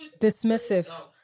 Dismissive